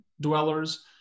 dwellers